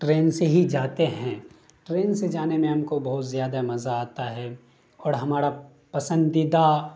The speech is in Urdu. ٹرین سے ہی جاتے ہیں ٹرین سے جانے میں ہم کو بہت زیادہ مزہ آتا ہے اور ہمارا پسندیدہ